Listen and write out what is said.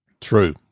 True